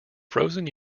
frozen